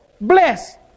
bless